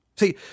See